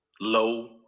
low